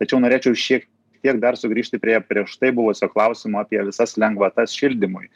tačiau norėčiau šiek tiek dar sugrįžti prie prieš tai buvusio klausimo apie visas lengvatas šildymui